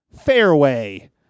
Fairway